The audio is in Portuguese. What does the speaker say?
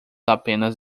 apenas